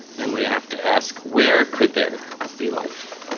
then we have to ask where could there be life?